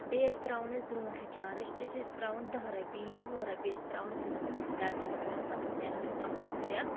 بیٚیہِ ٲسۍ ترٛاون أسۍ برٛونٛٹھ رِچارٕج أسۍ ٲسۍ ترٛاوان دَہہ رۄپیہِ یا وُہ رۄپیہِ أسۍ ترٛاوان أسۍ ٲسۍ دَپان مِس کالہِ سُمبَتھ روزِ تتھ ٲسۍ نیران اَسہِ کَمس کَم رٮ۪تھ